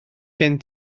gen